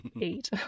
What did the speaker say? eight